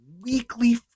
weekly